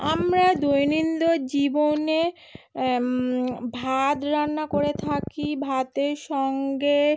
আমরা দৈনন্দিন জীবনে ভাত রান্না করে থাকি ভাতের সঙ্গে